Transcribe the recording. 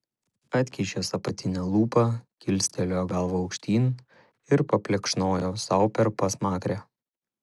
atkišęs apatinę lūpą kilstelėjo galvą aukštyn ir paplekšnojo sau per pasmakrę